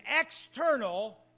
external